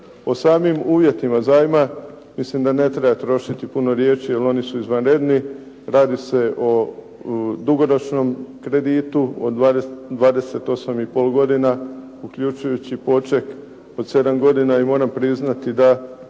O samim uvjetima zajma mislim da ne treba trošiti puno riječi, jer oni su izvanredni. Radi se o dugoročnom kreditu, o 28 i pol godina, uključujući poček od 7 godina, i moram priznati da